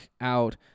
out